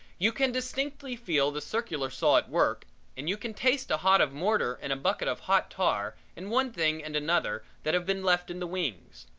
you can distinctly feel the circular saw at work and you can taste a hod of mortar and a bucket of hot tar and one thing and another that have been left in the wings.